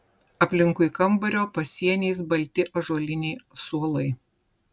aplinkui kambario pasieniais balti ąžuoliniai suolai